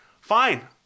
Fine